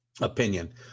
opinion